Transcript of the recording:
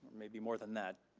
maybe more than that,